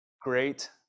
great